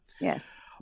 Yes